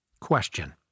Question